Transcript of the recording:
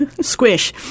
squish